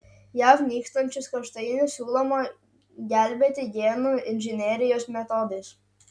jav nykstančius kaštainius siūloma gelbėti genų inžinerijos metodais